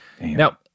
Now